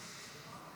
נמנעים.